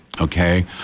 okay